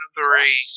three